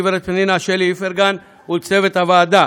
הגברת פנינה שלי איפרגן ולצוות הוועדה,